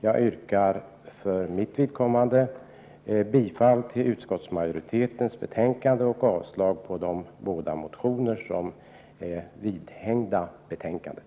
Jag yrkar för mitt vidkommande bifall till utskottets hemställan och avslag på de båda reservationer som är bifogade betänkandet.